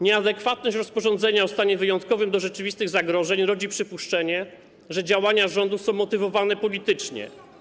Nieadekwatność rozporządzenia o stanie wyjątkowym do rzeczywistych zagrożeń rodzi przypuszczenie, że działania rządu są motywowane politycznie.